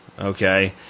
Okay